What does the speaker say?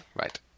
Right